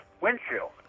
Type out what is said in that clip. windshield